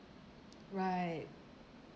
right